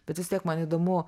bet vis tiek man įdomu